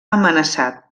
amenaçat